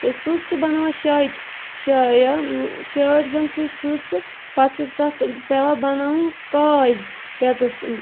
سٕژ چھ بَناوان شاٹہِ شٲٹ زَن سُوِ سٕژ پَتہٕ چھِ تتھ پیٚوان بَناوٕنۍ کاج یَیٚتَس